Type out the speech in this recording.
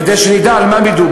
כדי שנדע על מה מדובר,